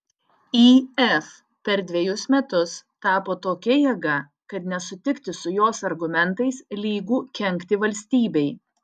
if per dvejus metus tapo tokia jėga kad nesutikti su jos argumentais lygu kenkti valstybei